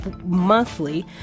monthly